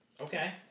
Okay